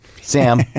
Sam